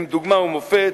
הן דוגמה ומופת.